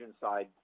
side